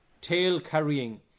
tail-carrying